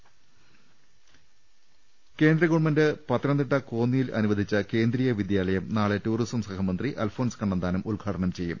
ദർവ്വട്ടെഴ കേന്ദ്ര ഗവൺമെന്റ് പത്തനംതിട്ട കോന്നിയിൽ അനുവദിച്ച കേന്ദ്രീയ വിദ്യാലയം നാളെ ടൂറിസം സഹമന്ത്രി അൽഫോൻസ് കണ്ണന്താനം ഉദ്ഘാ ടനം ചെയ്യും